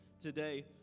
today